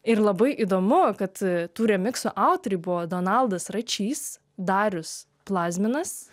ir labai įdomu kad tų remiksų autoriai buvo donaldas račys darius plazminas